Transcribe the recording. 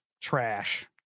trash